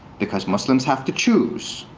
because muslims have to choose.